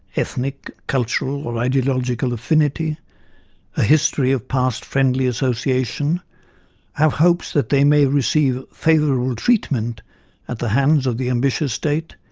ethnic, cultural or ideological affinity a history of past friendly association have hopes that they may receive favourable treatment at the hands of the ambitious state,